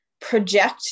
project